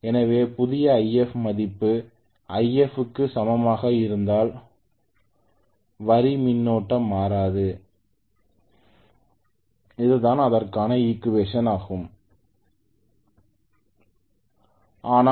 எனவே புதிய If மதிப்பு If' க்கு சமமாக இருந்தால் வரி மின்னோட்டம் மாறாது எனவே Ianew வில் இருந்து 200 ஐ கழிக்கவேண்டும்